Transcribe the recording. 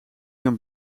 ben